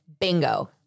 bingo